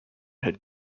had